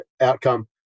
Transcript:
outcome